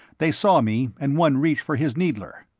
they saw me and one reached for his needler.